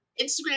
Instagram